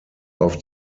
auf